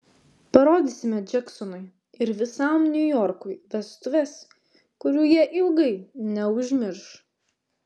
parodysime džeksonui ir visam niujorkui vestuves kurių jie ilgai neužmirš